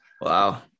Wow